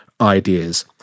ideas